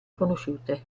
conosciute